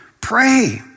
Pray